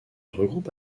regroupe